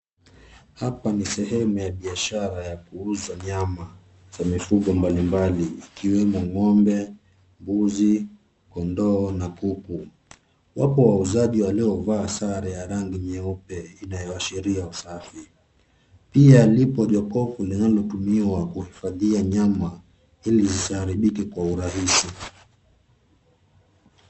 Hapa ni sehemu ya biashara ya kuuza nyama za mifugo mbali mbali ikiwemo: ng'ombe, mbuzi, kondoo na kuku. Wapo wauzaji waliovaa sare ya rangi nyeupe inayoashiria usafi. Pia lipo jokofu linalotumiwa kuhifadhia nyama ilizisiharibike kwa urahisi.